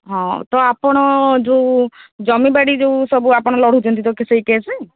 ହଁ ତ ଆପଣ ଯେଉଁ ଜମିବାଡ଼ି ଯେଉଁ ସବୁ ଆପଣ ଲଢ଼ୁଛନ୍ତି ତ ସେଇ କେସ୍